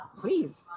please